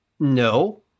No